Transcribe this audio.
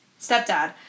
stepdad